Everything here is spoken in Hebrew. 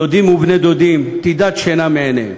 דודים ובני דודים, תנדוד שינה מעיניהם,